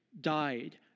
died